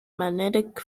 magnetic